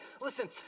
listen